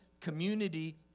community